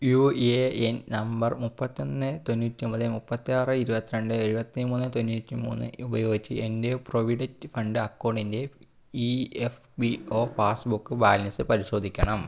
U A N number മുപ്പത്തൊന്ന് തൊണ്ണൂറ്റി ഒമ്പത് മുപ്പതാറ് ഇരുപത്തരണ്ട് എഴുപത്തി മൂന്ന് തൊണ്ണൂറ്റി മൂന്ന് ഉപയോഗിച്ച് എൻ്റെ പ്രൊവിഡിറ്റ് ഫണ്ട് അക്കൗണ്ടിൻ്റെ E F P O passbook balance പരിശോധിക്കണം